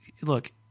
look